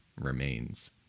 remains